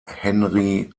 henri